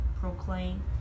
proclaim